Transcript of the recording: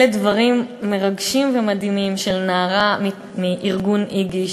אלה דברים מרגשים ומדהימים של נערה מארגון "איגי",